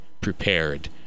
prepared